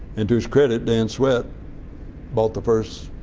and to his credit, dan sweat bought the first